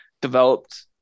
developed